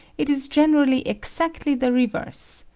it is generally exactly the reverse.